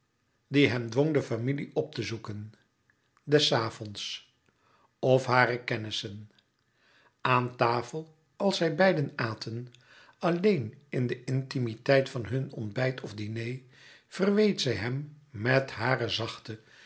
die hem dwong de familie op te zoeken des avonds of hare kennissen aan tafel als zij beiden aten alleen in de intimiteit van hun ontbijt of diner verweet zij hem met hare zachte